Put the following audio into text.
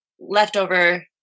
leftover